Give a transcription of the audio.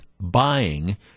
buying